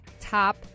top